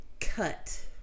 cut